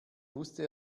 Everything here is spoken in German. wusste